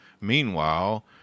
meanwhile